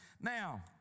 Now